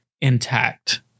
intact